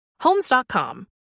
Homes.com